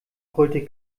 brüllte